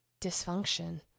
dysfunction